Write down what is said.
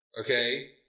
okay